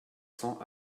cents